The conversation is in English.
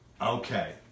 Okay